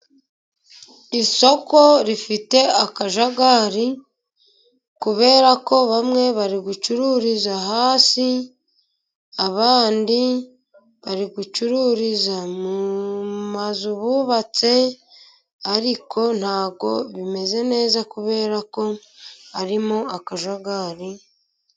Isoko rifite akajagari, kubera ko bamwe bari gucururiza hasi, abandi bari gucururiza mu mazu bubatse, ariko ntabwo bimeze neza kubera ko harimo akajagari.